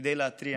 כדי להתריע